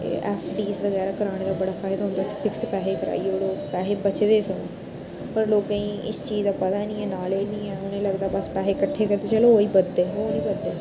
F Ds बगैरा कराने दा बड़ा फायदा होंदा फिक्स पैहे कराई ओड़ो पैहे बचे दे समझो पर लोकें गी इस चीज दा पता नेईं ऐ नालेज नेईं ऐ उनेंई लगदा बस पैहे कट्ठे करदे चलो ओह् ही बधदे ओह् नेईं बधदे